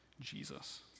Jesus